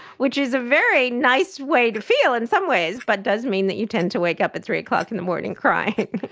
which is a very nice way to feel in some ways but it does mean that you tend to wake up at three o'clock in the morning crying.